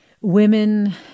women